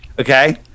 Okay